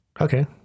Okay